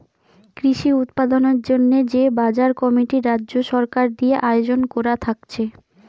কৃষি উৎপাদনের জন্যে যে বাজার কমিটি রাজ্য সরকার দিয়ে আয়জন কোরা থাকছে